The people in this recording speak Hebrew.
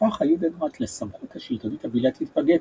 הפך היודנראט לסמכות השלטונית הבלעדית בגטו,